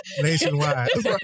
Nationwide